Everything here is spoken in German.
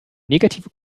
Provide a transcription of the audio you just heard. negative